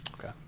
Okay